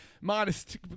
modest